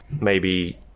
maybe-